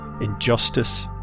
injustice